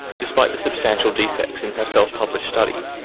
despite the substantial defects in her self-published study,